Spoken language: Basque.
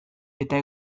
eta